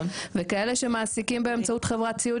וכאלה שמעסיקים באמצעות חברת סיעוד,